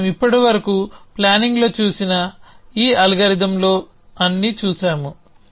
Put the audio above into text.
మనం ఇప్పటివరకు ప్లానింగ్లో చూసిన ఈ అల్గోరిథంలన్నీ చూసాము